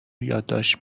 یادداشت